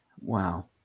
Wow